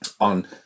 on